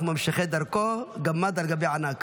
אנחנו ממשיכי דרכו, גמד על גבי ענק.